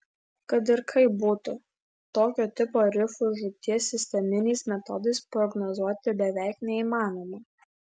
kad ir kaip būtų tokio tipo rifų žūties sisteminiais metodais prognozuoti beveik neįmanoma